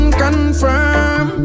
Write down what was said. confirm